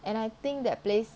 and I think that place